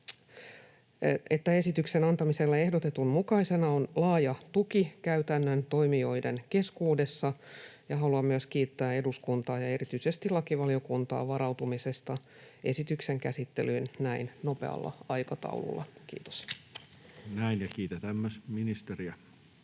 esityksen antamiselle ehdotetun mukaisena on laaja tuki käytännön toimijoiden keskuudessa. Haluan myös kiittää eduskuntaa ja erityisesti lakivaliokuntaa varautumisesta esityksen käsittelyyn näin nopealla aikataululla. — Kiitos. [Speech 258] Speaker: